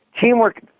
teamwork